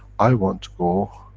i want to go,